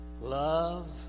Love